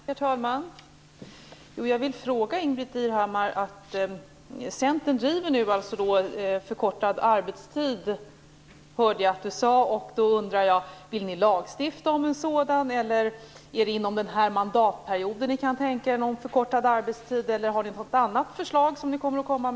Herr talman! Jag har några frågor till Ingbritt Irhammar. Centern driver alltså nu förkortad arbetstid, det hörde jag att Ingbritt Irhammar sade. Då undrar jag: Vill ni lagstifta om en sådan? Är det inom den här mandatperioden ni kan tänka er förkortad arbetstid eller kommer ni att komma med något annat förslag?